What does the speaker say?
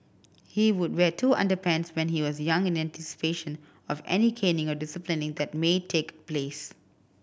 he would wear two underpants when he was young in anticipation of any caning or disciplining that may take place